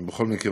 בכל מקרה,